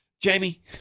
Jamie